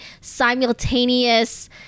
simultaneous